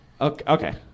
okay